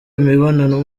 imibonano